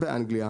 באנגליה,